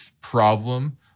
problem